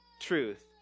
truth